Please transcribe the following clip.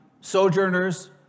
sojourners